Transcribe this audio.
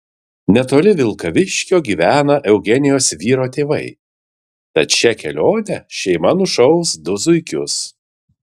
netoli vilkaviškio gyvena eugenijos vyro tėvai tad šia kelione šeima nušaus du zuikius